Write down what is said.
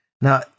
Now